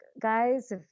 guys